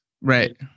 Right